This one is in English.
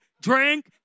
drink